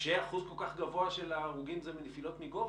כשאחוז כל כך גבוה של ההרוגים זה מנפילות מגובה.